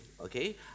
okay